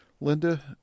Linda